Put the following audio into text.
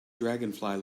dragonfly